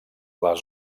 les